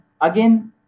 again